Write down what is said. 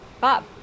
Bob